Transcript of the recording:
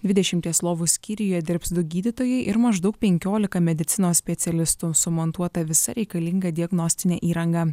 dvidešimties lovų skyriuje dirbs du gydytojai ir maždaug penkiolika medicinos specialistų sumontuota visa reikalinga diagnostinė įranga